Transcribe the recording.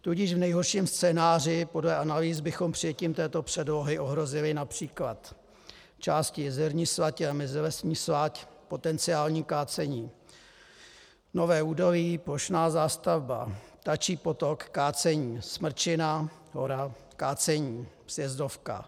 Tudíž v nejhorším scénáři podle analýz bychom přijetím této předlohy ohrozili například část jezerní slatě a mezilesní slať potenciálním kácením, Nové údolí plošná zástavba, Ptačí potok kácení, Smrčina, hora kácení, sjezdovka.